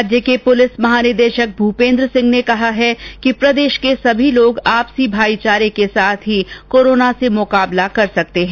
राज्य के पुलिस महानिदेशक भूपेन्द्र सिंह ने कहा है कि प्रदेश के सभी लोग आपसी भाईचारे के साथ ही कोरोना से मुकाबला कर सकते है